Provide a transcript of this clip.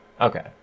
Okay